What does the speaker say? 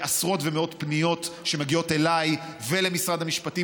ועשרות ומאות פניות שמגיעות אליי ואל משרד המשפטים,